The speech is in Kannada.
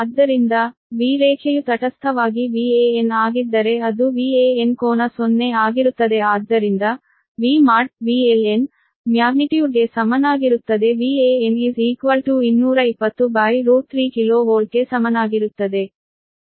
ಆದ್ದರಿಂದ V ರೇಖೆಯು ತಟಸ್ಥವಾಗಿ ವ್ಯಾನ್ ಆಗಿದ್ದರೆ ಅದು ವ್ಯಾನ್ ಕೋನ 0 ಆಗಿರುತ್ತದೆ ಆದ್ದರಿಂದ V mod |VLN | ಮ್ಯಾಗ್ನಿಟ್ಯೂಡ್ ಗೆ ಸಮನಾಗಿರುತ್ತದೆ Van 2203 ಕಿಲೋ ವೋಲ್ಟ್ಗೆ ಸಮನಾಗಿರುತ್ತದೆ